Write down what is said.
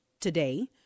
today